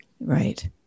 Right